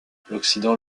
l’occident